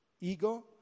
ego